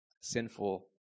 Sinful